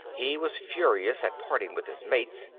he was furious at parting with his mates,